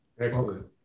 Excellent